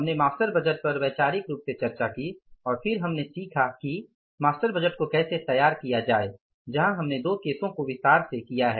हमने master budget पर वैचारिक रूप से चर्चा की और फिर हमने सीखा कि मास्टर बजट को कैसे तैयार किया जाए जहां हमने दो केसों को विस्तार से किया है